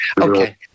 Okay